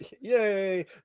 yay